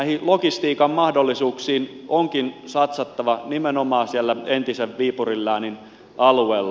näihin logistiikan mahdollisuuksiin onkin satsattava nimenomaan siellä entisen viipurin läänin alueella